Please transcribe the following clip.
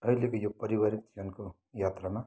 अहिलेको यो पारिवारिक जीवनको यात्रामा